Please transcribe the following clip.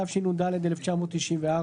התשנ"ד-1994.